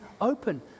open